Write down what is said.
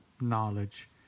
knowledge